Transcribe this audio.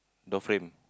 door frame